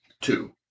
two